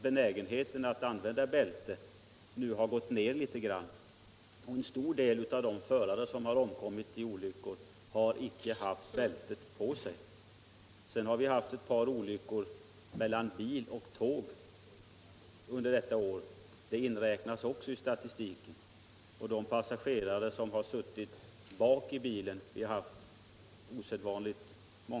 Benägenheten att använda bältet har minskat något, och vidare har en stor del av de förare som omkommit vid olyckor icke haft bältet på sig. Dessutom har under detta år förekommit några allvarliga tågolyckor och dessa olyckor inräknas också i statistiken. Vi har i år vidare haft osedvanligt många olyckor där de passagerare som skadats suttit i baksätet på bilen. Där har man inte bälte på.